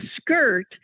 skirt